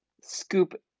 Scoop